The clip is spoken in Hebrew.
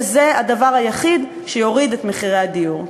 שזה הדבר היחיד שיוריד את מחירי הדיור.